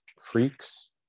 freaks